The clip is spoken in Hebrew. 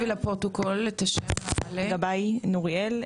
שריי גבאי נוריאל,